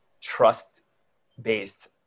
trust-based